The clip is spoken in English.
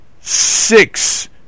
six